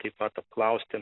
taip pat apklausti